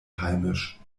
heimisch